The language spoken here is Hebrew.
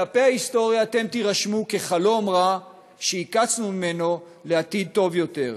בדפי ההיסטוריה אתם תירשמו כחלום רע שהקצנו ממנו לעתיד טוב יותר.